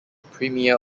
premier